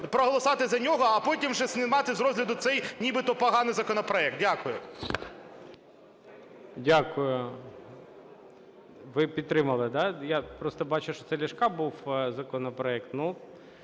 проголосувати за нього, а потім вже знімати з розгляду цей нібито поганий законопроект. Дякую. ГОЛОВУЮЧИЙ. Дякую. Ви підтримали, да? Я просто бачу, що це Ляшка був законопроект.